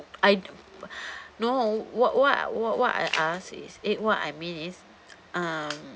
I no what what what what I ask is eh what I mean is um